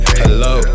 hello